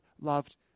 loved